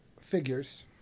figures